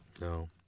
No